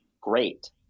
great